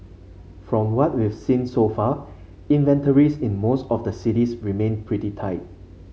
from what we've seen so far inventories in most of the cities remain pretty tight